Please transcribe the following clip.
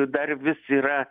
dar vis yra